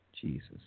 Jesus